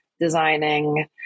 designing